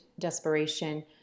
desperation